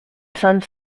sons